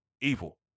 evil